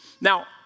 Now